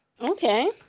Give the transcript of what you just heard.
Okay